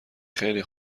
خیلی